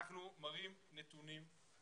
אנחנו מראים נתונים.